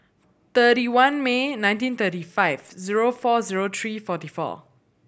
thirty one May nineteen thirty five zero four zero three forty four